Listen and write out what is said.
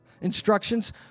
instructions